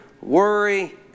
worry